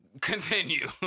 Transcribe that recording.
continue